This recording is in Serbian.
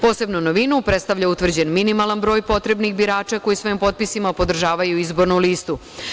Posebnu novinu predstavlja utvrđen minimalan broj potrebnih birača koji svojim potpisima podržavaju izbornu listu.